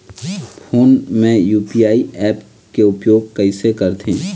Phone मे UPI app के उपयोग कइसे करथे?